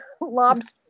lobster